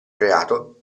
creato